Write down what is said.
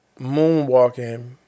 Moonwalking